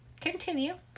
Continue